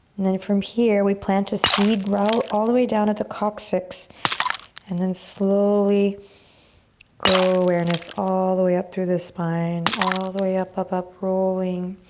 and then from here we plant the seed, roll all the way down at the coccyx and then slowly grow awareness all the way up through the spine, all the way up, up, up. rolling.